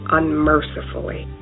unmercifully